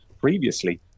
previously